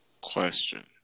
Question